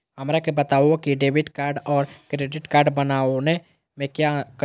हमरा के बताओ की डेबिट कार्ड और क्रेडिट कार्ड बनवाने में क्या करें?